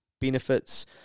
benefits